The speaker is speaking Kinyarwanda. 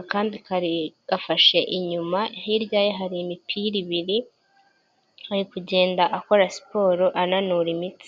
akandi kari gafashe inyuma, hirya ye hari imipira ibiri ari kugenda akora siporo ananura imitsi.